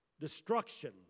destruction